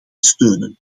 steunen